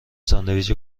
ساندویچ